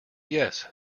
yes